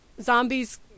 zombies